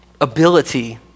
ability